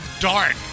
dark